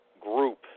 group